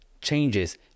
changes